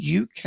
UK